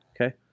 Okay